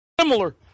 Similar